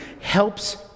helps